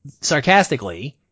sarcastically